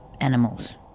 animals